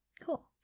Cool